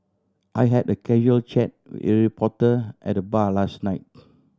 I had a casual chat with a reporter at the bar last night